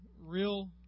real